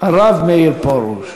הרב מאיר פרוש.